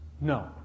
No